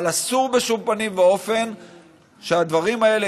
אבל אסור בשום פנים ואופן שהדברים האלה